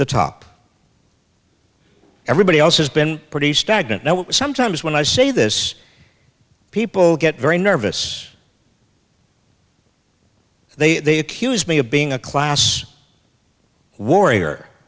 the top everybody else has been pretty stagnant now sometimes when i say this people get very nervous they used me of being a class warrior